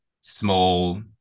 small